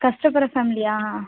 கஷ்டப்படுற ஃபேமிலியா